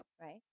right